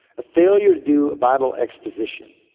a failure to do bible exposition